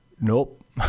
nope